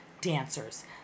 dancers